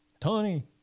Tony